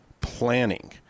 planning